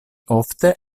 ofte